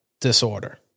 disorder